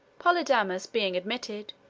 polydamas being admitted,